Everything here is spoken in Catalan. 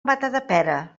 matadepera